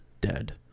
dead